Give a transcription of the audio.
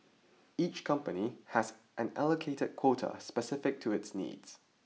each company has an allocated quota specific to its needs